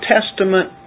Testament